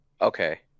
Okay